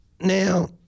Now